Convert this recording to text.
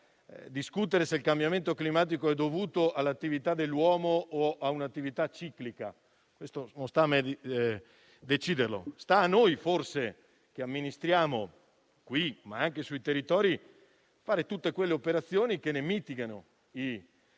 decidere se il cambiamento climatico è dovuto all'attività dell'uomo o a un'attività ciclica. Sta a noi forse, che amministriamo qui, ma anche sui territori, fare tutte quelle operazioni che ne mitighino gli effetti